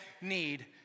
need